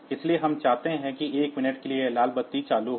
इसलिए हम चाहते हैं कि 1 मिनट के लिए यह लाल बत्ती चालू हो